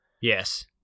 Yes